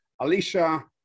Alicia